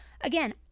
Again